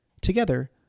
Together